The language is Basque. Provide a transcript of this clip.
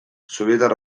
sobietar